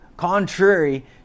contrary